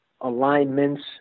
alignments